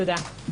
תודה.